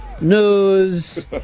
news